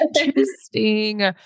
Interesting